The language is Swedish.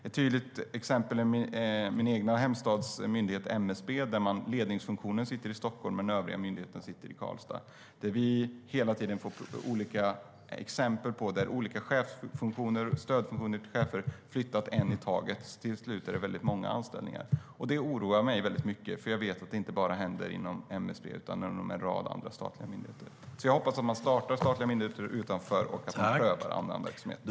Ett tydligt exempel är min egen hemstads myndighet, MSB, där ledningsfunktionen sitter i Stockholm men den övriga myndigheten i Karlstad. Vi får hela tiden exempel på att olika chefsfunktioner och stödfunktioner för chefer har flyttat en i taget. Till slut är det väldigt många anställningar. Detta oroar mig mycket, för jag vet att det inte bara händer inom MSB utan även inom en rad andra statliga myndigheter.